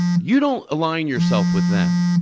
you don't align yourself with them,